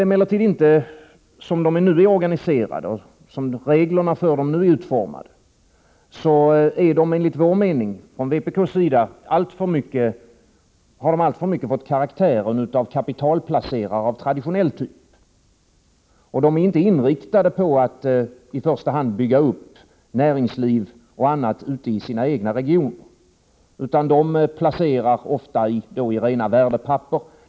Som löntagarfonderna nu är organiserade och som reglerna för dem nu är utformade har de enligt vpk:s mening alltför mycket fått karaktären av kapitalplacerare av traditionell typ. De är inte inriktade på att i första hand bygga upp näringsliv och annat i sina egna regioner, utan de placerar ofta i rena värdepapper.